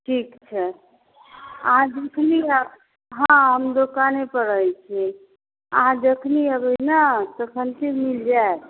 ठीक छै अहाँ जखनि आयब हँ हम दोकानेपर रहैत छियै अहाँ जखनि एबै नऽ तखिनते मिल जायत